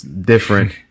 different